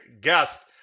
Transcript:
guest